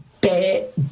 bad